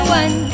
one